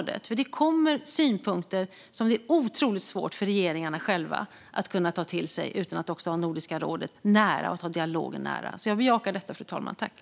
Det kommer nämligen synpunkter som det är otroligt svårt för regeringarna själva att ta till sig utan att ha en nära dialog med Nordiska rådet. Jag bejakar alltså detta, fru talman.